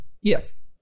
Yes